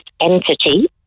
entity